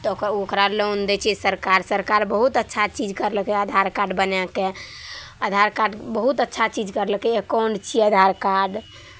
तऽ ओकरा लोन दै छै सरकार सरकार बहुत अच्छा चीज करलकै आधार कार्ड बनाए कऽ आधार कार्ड बहुत अच्छा चीज करलकै कोन छियै आधार कार्ड